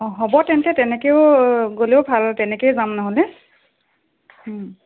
অঁ হ'ব তেন্তে তেনেকৈও গ'লেও ভাল তেনেকৈয়ো যাম নহ'লে